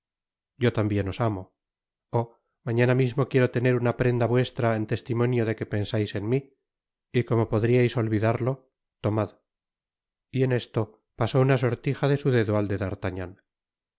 yo tambien os amo oh mañana mismo quiero tener una prenda vuestra en testimonio de que pensais en mi y como podriais olvidarlo tomad y en esto pasó una sortija de su dedo al de